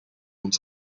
uns